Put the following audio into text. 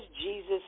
Jesus